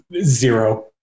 Zero